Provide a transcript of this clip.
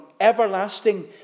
everlasting